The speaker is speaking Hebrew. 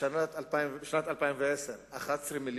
בשנת 2010 11 מיליון,